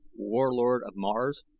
warlord of mars,